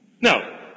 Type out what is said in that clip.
No